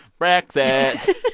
Brexit